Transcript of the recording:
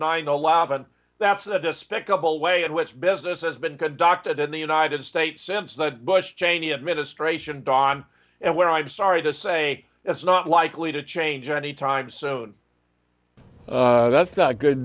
nine eleven that's the despicable way in which business has been conducted in the united states since the bush cheney administration don and where i'm sorry to say it's not likely to change anytime soon that's not good